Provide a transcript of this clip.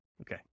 Okay